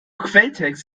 quelltext